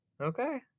Okay